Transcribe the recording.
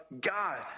God